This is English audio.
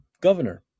governor